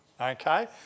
okay